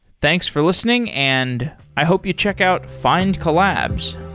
thanks for listening, and i hope you check out findcollabs